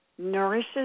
nourishes